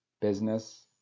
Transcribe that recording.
business